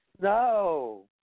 No